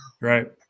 right